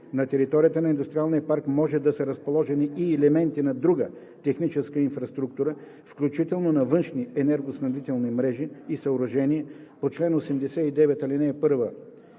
На територията на индустриалния парк може да са разположени и елементи на друга техническа инфраструктура, включително на външни енергоснабдителни мрежи и съоръжения по чл. 89 ал. 1